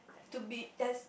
to be there's